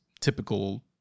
typical